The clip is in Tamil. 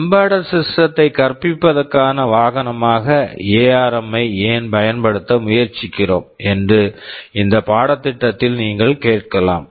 எம்பெட்டட் சிஸ்டம் embedded system த்தை கற்பிப்பதற்கான வாகனமாக எஆர்ம் ARM ஐ ஏன் பயன்படுத்த முயற்சிக்கிறோம் என்று இந்த பாடத்திட்டத்தில் நீங்கள் கேட்கலாம்